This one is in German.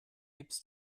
gips